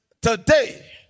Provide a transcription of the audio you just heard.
today